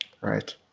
Right